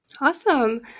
Awesome